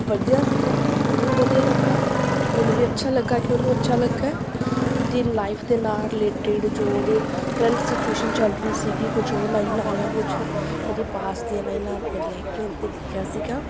ਵਧੀਆ ਸੀਗਾ ਉਹਨੂੰ ਵੀ ਵਧੀਆ ਲੱਗਾ ਮੈਨੂੰ ਵੀ ਅੱਛਾ ਲੱਗਾ ਕਿ ਉਹਨੂੰ ਅੱਛਾ ਲੱਗਾ ਉਹਦੀ ਲਾਈਫ ਦੇ ਨਾਲ ਰਿਲੇਟਡ ਜੋ ਉਹਦੇ ਕਰੰਟ ਸਿਚੂਏਸ਼ਨ ਚੱਲ ਰਹੀ ਸੀਗੀ ਕੁਛ ਉਹ ਲਾਈਨਾਂ ਜਾਂ ਕੁਛ ਉਹਦੇ ਪਾਸਟ ਦੀਆਂ ਲਾਈਨਾਂ ਮੈਂ ਲੈ ਕੇ ਉਨ੍ਹਾਂ 'ਤੇ ਲਿਖਿਆ ਸੀਗਾ